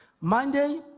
Monday